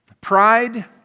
Pride